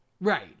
Right